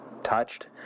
touched